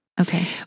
Okay